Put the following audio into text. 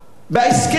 בהסכם.